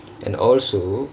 and also